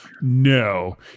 No